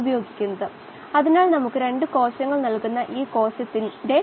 obligate എന്നാൽ കർക്കശം എന്നും ഫാകൽറ്റടിവ് എന്നാൽ അയവുള്ളതും എന്നാണ് അർത്ഥം